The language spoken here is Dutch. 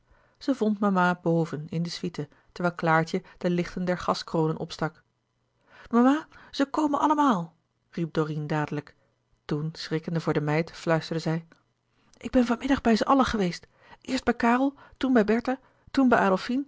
zij vond mama boven in de suite terwijl klaartje de lichten der gaskronen opstak mama ze komen allemaal riep dorine dadelijk toen schrikkende voor de meid fluisterde zij ik ben van middag bij ze allen geweest eerst bij karel toen bij bertha